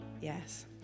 Yes